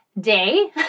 day